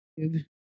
YouTube